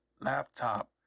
laptop